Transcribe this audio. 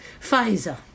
Pfizer